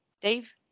Dave